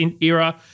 era